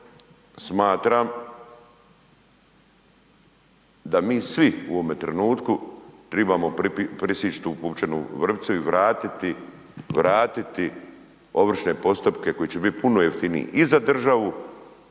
smatram da mi svi u ovome trenutku trebamo presjeći tu pupčanu vrpcu i vratiti ovršne postupke koji će biti puno jeftiniji i za državu,